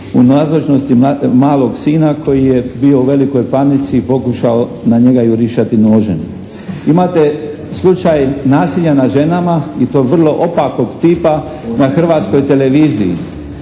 u nazočnosti malog sina koji je bio u velikoj panici i pokušao na njega jurišati nožem. Imate slučaj nasilja nad ženama i to vrlo opakog tipa na Hrvatskoj televiziji.